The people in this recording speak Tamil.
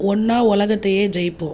ஒன்றா உலகத்தையே ஜெயிப்போம்